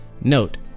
Note